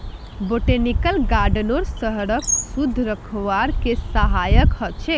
botanical गार्डनो शहरक शुद्ध रखवार के सहायक ह छेक